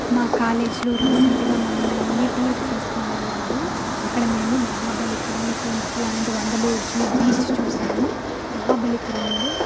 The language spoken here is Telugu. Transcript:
మా కాలేజ్లో రీసెంట్గా మమ్మల్ని టూర్కి తీసుకొని వెళ్ళారు అక్కడ మేము Mahabalipuram Queensland Vandalur zoo beach చూశాము మహాబలిపురంలో